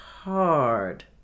hard